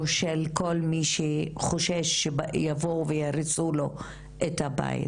או של כל מי שחושש שיבואו ויהרסו לו את הבית,